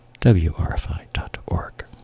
WRFI.org